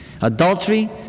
adultery